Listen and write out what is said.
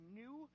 new